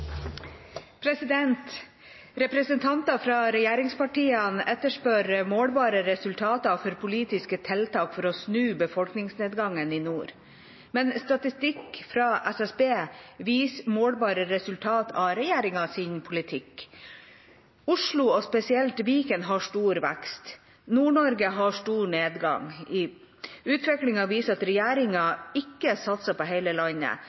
fra regjeringspartiene etterspør målbare resultater for politiske tiltak for å snu befolkningsnedgangen i nord. Men statistikken fra SSB viser målbare resultater av regjeringas politikk. Oslo og spesielt Viken har stor vekst. Nord-Norge har stor nedgang. Utviklinga viser at regjeringa ikke satser på hele landet,